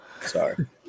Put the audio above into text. Sorry